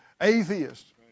Atheists